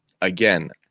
again